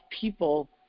people